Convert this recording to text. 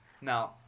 now